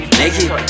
naked